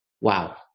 Wow